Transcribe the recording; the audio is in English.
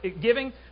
giving